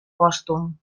pòstum